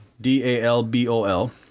D-A-L-B-O-L